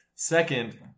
Second